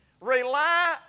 rely